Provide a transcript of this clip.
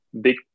big